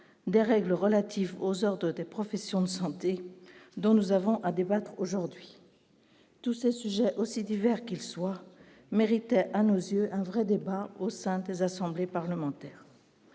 des règles relatives aux ordres des professions de santé, dont nous avons à débattre aujourd'hui tous ces sujets aussi divers qu'ils soient méritait à nous sur un vrai débat au sein des assemblées parlementaires.